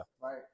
Right